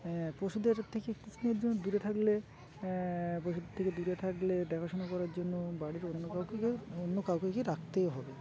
হ্যাঁ পশুদের থেকে কিছুদিনের জন্য দূরে থাকলে পশুদের থেকে দূরে থাকলে দেখাশোনা করার জন্য বাড়িতে অন্য কাউকে অন্য কাউকে রাখতেই হবে